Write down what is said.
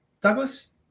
Douglas